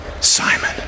Simon